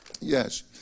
Yes